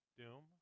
doom